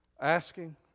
Asking